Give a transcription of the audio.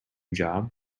job